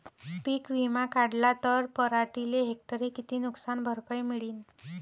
पीक विमा काढला त पराटीले हेक्टरी किती नुकसान भरपाई मिळीनं?